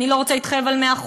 אני לא רוצה להתחייב על 100%,